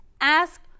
Ask